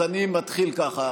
אז אני מתחיל ככה: